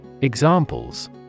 Examples